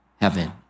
heaven